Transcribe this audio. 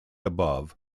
above